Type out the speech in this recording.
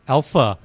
Alpha